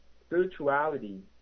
spirituality